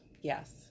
Yes